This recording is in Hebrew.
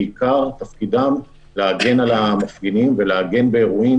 בעיקר תפקידם להגן על המפגינים ולהגן באירועים